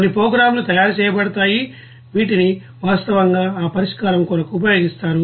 కొన్ని ప్రోగ్రామ్లు తయారు చేయబడతాయి వీటిని వాస్తవానికి ఆ పరిష్కారం కొరకు ఉపయోగిస్తారు